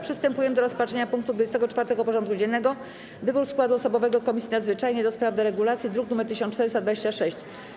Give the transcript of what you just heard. Przystępujemy do rozpatrzenia punktu 24. porządku dziennego: Wybór składu osobowego Komisji Nadzwyczajnej do spraw deregulacji (druk nr 1426)